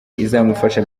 izamufasha